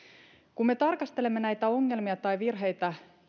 kun me tarkastelemme näitä ongelmia tai virheitä